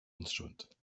instrument